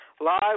live